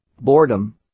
Boredom